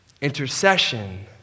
Intercession